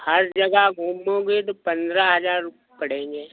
हर जगह घूमोगे तो पन्द्रह हज़ार रुपये पड़ेंगे